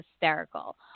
hysterical